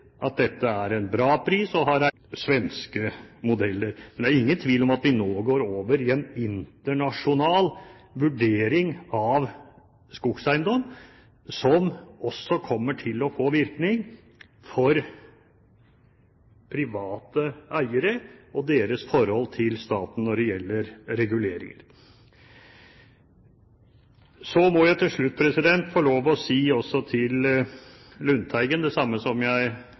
at dette er en bra pris, som har regnet seg frem til det ut fra svenske modeller. Det er ingen tvil om at vi nå går over i en internasjonal vurdering av skogeiendom, som også kommer til å få virkning for private eiere og deres forhold til staten når det gjelder reguleringer. Så må jeg til slutt få lov til å si til Lundteigen det samme som jeg